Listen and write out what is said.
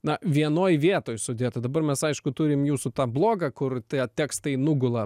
na vienoj vietoj sudėta dabar mes aišku turim jūsų tą blogą kur tie tekstai nugula